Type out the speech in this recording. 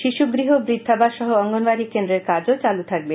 শিশুগৃহ বৃদ্ধাবাস সহ অঙ্গনওয়াড়ি কেন্দ্রে কাজও চালু থাকবে